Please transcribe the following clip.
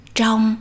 trong